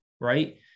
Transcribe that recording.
right